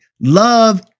love